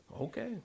Okay